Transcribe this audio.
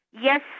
Yes